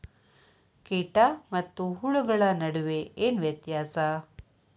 ಕೇಟ ಮತ್ತು ಹುಳುಗಳ ನಡುವೆ ಏನ್ ವ್ಯತ್ಯಾಸ?